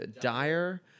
dire